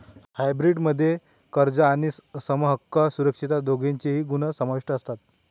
hybrid मध्ये कर्ज आणि समहक्क सुरक्षितता दोघांचेही गुण समाविष्ट असतात